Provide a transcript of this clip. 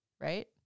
right